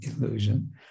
illusion